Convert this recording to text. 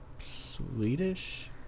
swedish